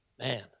man